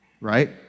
right